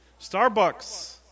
Starbucks